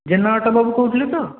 Jena auto ବାବୁ କହୁଥିଲେ ତ